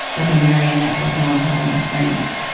like a marionette with no one holding the strings.